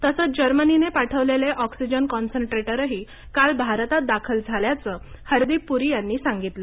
तसंच जर्मनीने पाठवलेले ऑक्सिजन कॉन्सन्ट्रेटरही काल भारतात दाखल झाल्याचं हरदीप पुरी यांनी सांगितलं